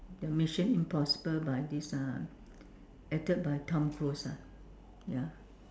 ya Mission Impossible by this uh acted by Tom Cruise ah ya